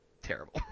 terrible